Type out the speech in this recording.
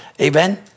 Amen